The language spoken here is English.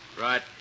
Right